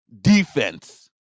defense